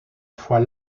fois